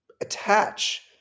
attach